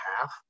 half